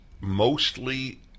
mostly